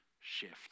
shift